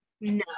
no